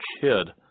kid